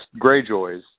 Greyjoys